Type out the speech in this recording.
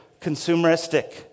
consumeristic